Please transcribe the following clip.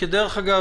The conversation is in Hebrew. דרך אגב,